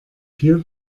viel